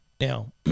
Now